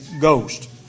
Ghost